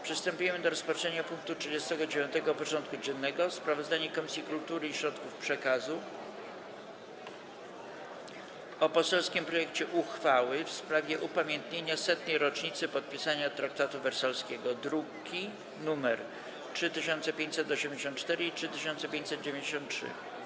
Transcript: Przystępujemy do rozpatrzenia punktu 39. porządku dziennego: Sprawozdanie Komisji Kultury i Środków Przekazu o poselskim projekcie uchwały w sprawie upamiętnienia 100. rocznicy podpisania traktatu wersalskiego (druki nr 3584 i 3593)